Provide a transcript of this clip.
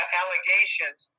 allegations